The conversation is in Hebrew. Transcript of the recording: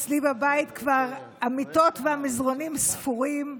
אצלי בבית המיטות והמזרנים ספורים,